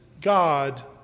God